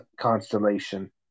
constellation